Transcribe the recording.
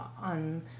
on